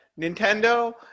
Nintendo